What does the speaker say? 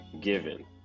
Given